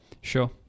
sure